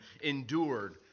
endured